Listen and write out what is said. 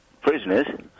prisoners